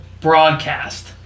broadcast